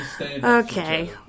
Okay